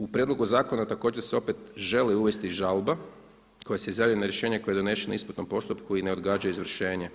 U prijedlogu zakona također se opet želi uvesti žalba koja se izjavljuje na rješenje koje je donešeno u ispitnom postupku i ne odgađa izvršenje.